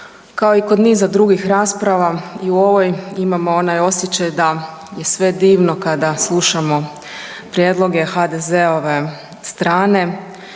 kao i kod niza drugih rasprava i u ovoj imamo onaj osjećaj da je sve divno kada slušamo prijedloge HDZ-ove strane,